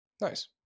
Nice